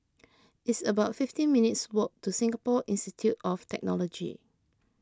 it's about fifteen minutes' walk to Singapore Institute of Technology